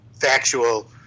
factual